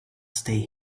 stay